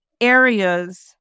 areas